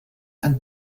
and